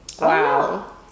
wow